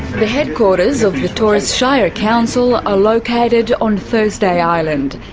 the headquarters of the torres shire council are located on thursday island,